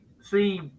see